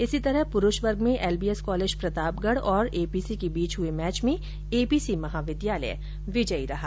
इसी प्रकार पुरूष वर्ग में एलबीएस कॉलेज प्रतापगढ और एपीसी के बीच हुए मैच में एपीसी महाविद्यालय विजयी रहा